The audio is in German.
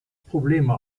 probleme